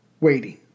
WAITING